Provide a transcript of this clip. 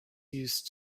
used